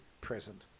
present